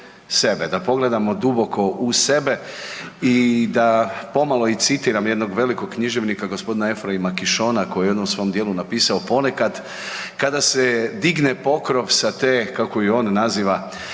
da pogledamo duboko u sebe i da pomalo i citiram jednog velikog književnika g. Ephraim Kishona koji je u jednom svom dijelu napisao „ponekad kada se digne pokrov sa te“, kako ju on naziva,